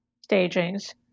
stagings